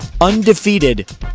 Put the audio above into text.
undefeated